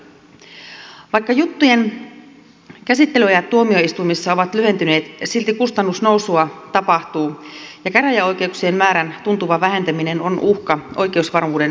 vaikka juttujen käsittelyajat tuomioistuimissa ovat lyhentyneet silti kustannusnousua tapahtuu ja käräjäoikeuksien määrän tuntuva vähentäminen on uhka oikeusvarmuuden toteutumiselle